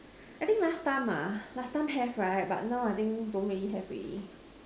I think last time last time have right but now I think don't really have already